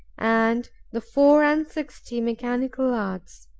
and the four-and-sixty mechanical arts